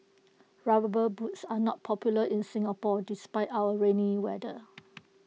rubber boots are not popular in Singapore despite our rainy weather